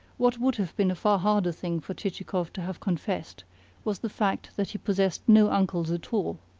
what would have been a far harder thing for chichikov to have confessed was the fact that he possessed no uncles at all.